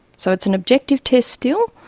so it's an objective test still,